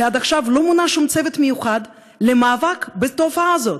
שעד עכשיו לא מונה שום צוות מיוחד למאבק בתופעה הזאת.